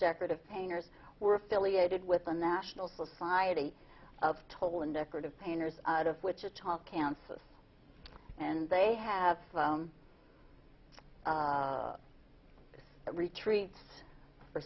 decorative painters were affiliated with the national society of toll and decorative painters out of wichita kansas and they have retreats for